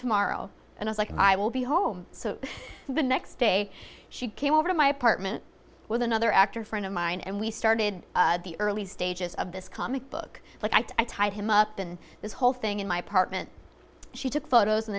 tomorrow and it's like i will be home so the next day she came over to my apartment with another actor friend of mine and we started the early stages of this comic book like i tied him up in this whole thing in my apartment she took photos and